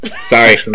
Sorry